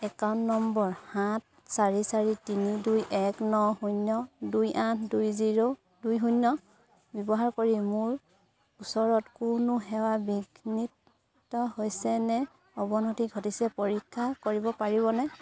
account নম্বৰ সাত চাৰি চাৰি তিনি দুই এক ন শূন্য দুই আঠ দুই জিৰ' দুই শূন্য ব্যৱহাৰ কৰি মোৰ ওচৰত কোনো সেৱা বিঘ্নিত হৈছে নে অৱনতি ঘটিছে পৰীক্ষা কৰিব পাৰিবনে